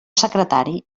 secretari